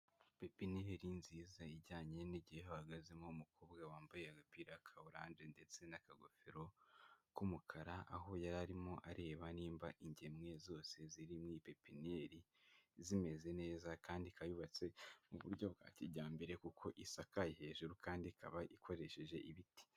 Pepiniyeri nziza ijyanye n'igihe hahagazemo umukobwa wambaye agapira ka oranje ndetse n'akagofero k'umukara, aho yari arimo areba nimba ingemwe zose ziri muri pepiniyeri zimeze neza kandi ikaba yubatse mu buryo bwa kijyambere kuko isakaye hejuru kandi ikaba ikoresheje ibiti.